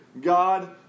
God